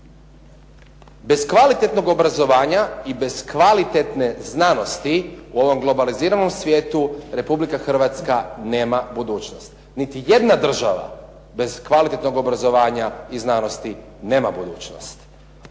Bez kvalitetnog obrazovanja i bez kvalitetne znanosti u ovom globaliziranom svijetu Republika Hrvatska nema budućnost. Niti jedna država bez kvalitetnog obrazovanja i znanosti nema budućnost.